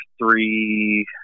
three